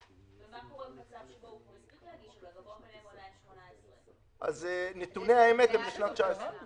צריך להוסיף גם מענק מיוחד לחיילי צה"ל שבגיל 18 משרתים בשירות חובה.